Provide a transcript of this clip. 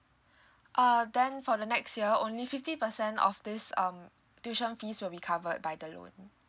uh then for the next year only fifty percent of this um tuition fees will be covered by the loan